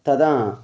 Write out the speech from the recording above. तदा